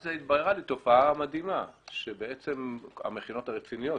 אז התבררה לי תופעה מדהימה שבעצם המכינות הרציניות,